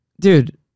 Dude